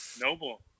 Noble